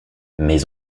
mais